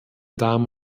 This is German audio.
damen